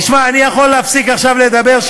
תשמע, אני יכול להפסיק עכשיו לדבר.